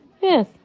Yes